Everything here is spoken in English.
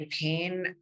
pain